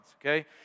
Okay